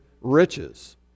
riches